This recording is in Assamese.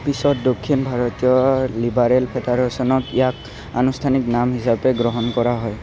পিছত দক্ষিণ ভাৰতীয় লিবাৰেল ফেডাৰেচনক ইয়াক আনুষ্ঠানিক নাম হিচাপে গ্ৰহণ কৰা হয়